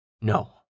No